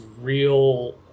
real